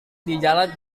dijalan